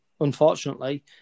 unfortunately